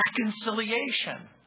reconciliation